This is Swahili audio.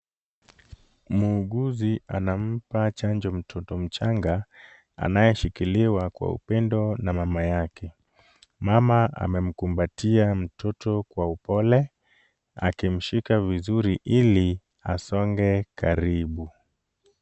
Muuguzi anampaa chanjo mtoto mchanga anayeshikiliwa kwa upendo na mama yake, mama amemkumbatia mtoto kwa upole akimshika vizuri ili asonge karibu.